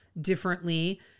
differently